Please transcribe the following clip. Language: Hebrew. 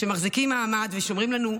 שמחזיקים מעמד ושומרים לנו,